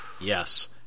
Yes